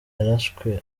yarashwe